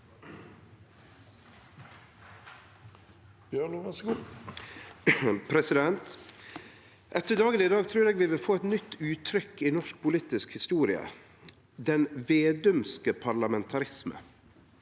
Etter dagen i dag trur eg vi vil få eit nytt uttrykk i norsk politisk historie, «den vedumske parlamentarismen».